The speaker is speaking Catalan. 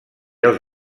els